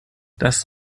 dass